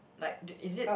like d~ is it